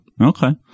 Okay